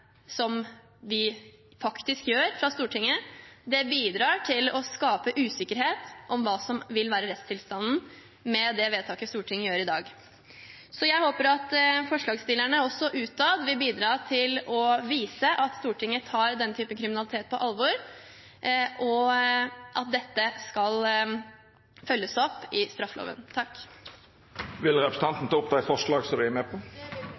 som vi faktisk gjør fra Stortinget. Det bidrar til å skape usikkerhet om hva som vil være rettstilstanden med det vedtaket Stortinget fatter i dag. Jeg håper at forslagsstillerne – også utad – vil bidra til å vise at Stortinget tar denne typen kriminalitet på alvor, og at dette skal følges opp i straffeloven.